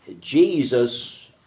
Jesus